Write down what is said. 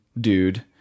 dude